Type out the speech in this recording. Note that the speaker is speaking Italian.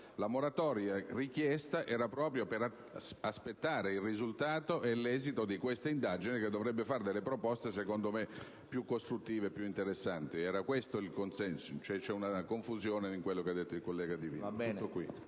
La moratoria richiesta era tesa proprio ad aspettare il risultato e l'esito di questa indagine, che dovrebbe fare delle proposte, secondo me, più costruttive e interessanti. Era su questo che c'è il consenso: cioè, c'è confusione in quanto detto dal collega Divina.